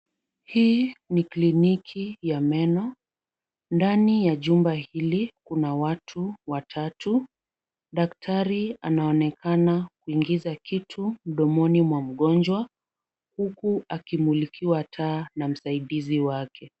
Hii ni kliniki ya meno, ndani ya jumba hili kuna watu watatu. Daktari anaonekana kuingiza kitu mdomoni mwa mgonjwa huku akimulikiwa taa na msaidizi wake.